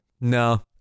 No